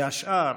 והשאר,